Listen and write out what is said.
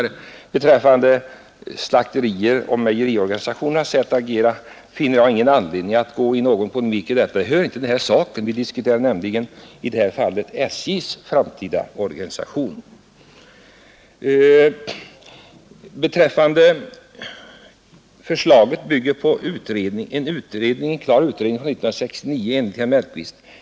Jag finner ingen anledning att ingå i polemik med herr Mellqvist beträffande slakterioch mejeriorganisationernas agerande; det hör inte till den här saken. Vi diskuterar nämligen nu SJ:s framtida organisation. Förslaget bygger enligt herr Mellqvist på en utredning från 1969.